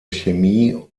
chemie